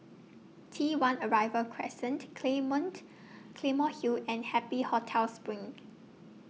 T one Arrival Crescent Clayment Claymore Hill and Happy Hotel SPRING